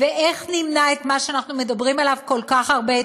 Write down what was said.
ואיך נמנע את מה שאנחנו מדברים עליו כל כך הרבה,